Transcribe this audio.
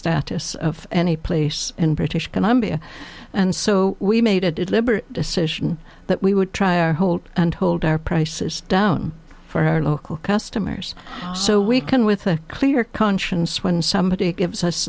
status of any place in british columbia and so we made a deliberate decision that we would try our hold and hold our prices down for our local customers so we can with a clear conscience when somebody gives us